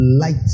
light